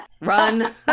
run